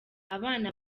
abana